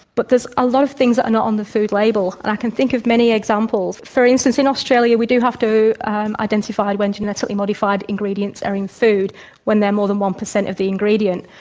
but there's a lot of things that are not on the food label, and i can think of many examples. for instance, in australia we do have to and identify and when genetically modified ingredients are in food when they're more than one per cent of the ingredient,